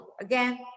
again